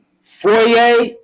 Foyer